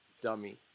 dummy